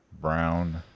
Brown